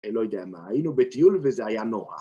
לא יודע מה, היינו בטיול וזה היה נורא.